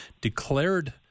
declared